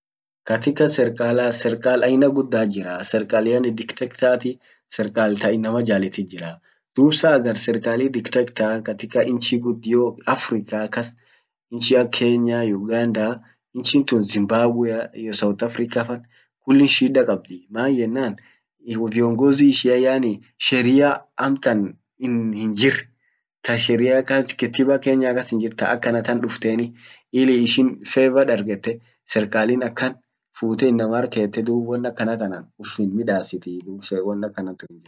katika serkala, serkal aina guddat jiraa, serkal yaani dictator ti, serkal tainama jallitit jiraa, dub saa agar serkali dictator katika inchi guddio africa kas inchi ak Kenya, Uganda inchin tun Zimbabwea iyyo south africa fan kullin shida kabdii maan yennan viongozi ishian yaani sherian amtan hinjir tasheria kalt ketiba Kenyan kas hinjirn dufteni ili ishin favour dargette serkalin akan fute inamar kette dub won akanatanaf uffin midasitii dub won akanantun hinjirtu,